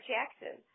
Jackson